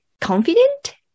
confident